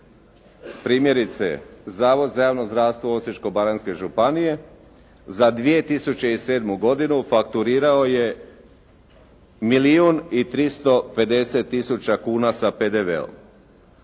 primjerice Zavod za javno zdravstvo Osječko-baranjske županije za 2007. godinu fakturirao je milijun i 350 tisuća kuna sa PDV-om